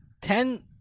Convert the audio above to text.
Ten